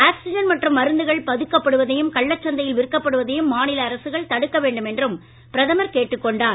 oxygen மருந்துகள் பதுக்கப்படுவதையும் கள்ளச்சந்தையில் மற்றும் விற்கப்படுவதையும் மாநில அரசுகள் தடுக்க வேண்டும் என்றும் பிரதமர் கேட்டுக்கொண்டார்